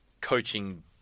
coaching